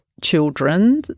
children